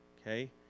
okay